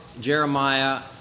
Jeremiah